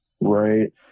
Right